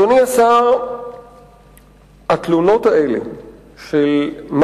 מבירור פרטי המקרה עולה כי במהלך סיור של צוות